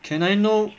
can I know